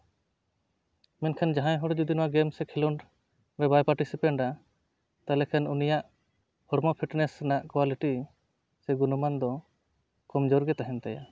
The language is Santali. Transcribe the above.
ᱢᱮᱱᱠᱷᱟᱱ ᱡᱟᱦᱟᱸᱭ ᱦᱚᱲ ᱡᱩᱫᱤ ᱱᱚᱣᱟ ᱜᱮᱢ ᱥᱮ ᱠᱷᱮᱞᱳᱰ ᱨᱮ ᱵᱟᱭ ᱯᱟᱴᱤᱥᱤᱯᱮᱴᱟ ᱛᱟᱦᱚᱞᱮ ᱠᱷᱟᱱ ᱩᱱᱤᱭᱟᱜ ᱦᱚᱲᱢᱚ ᱯᱷᱤᱴᱱᱮᱥ ᱨᱮᱱᱟᱜ ᱠᱚᱣᱟᱞᱤᱴᱤ ᱥᱮ ᱜᱩᱱᱚᱢᱟᱱ ᱫᱚ ᱠᱚᱢ ᱡᱳᱨ ᱜᱮ ᱛᱟᱦᱮᱱ ᱛᱟᱭᱟ